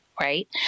right